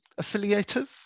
affiliative